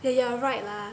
oh you are right lah